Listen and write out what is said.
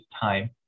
time